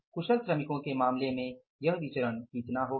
कुशल श्रमिकों के मामले में यह विचरण कितनी होगा